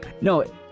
No